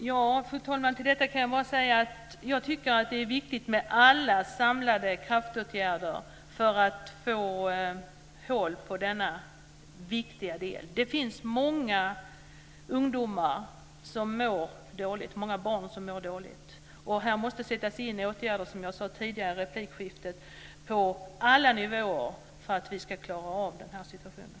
Fru talman! Om detta kan jag bara säga att jag tycker att det är viktigt med alla samlade kraftåtgärder för att komma till rätta med dessa viktiga frågor. Det finns många barn och ungdomar som mår dåligt, och det måste, som jag sade i det tidigare replikskiftet, sättas in åtgärder på alla nivåer för att vi ska klara den här situationen.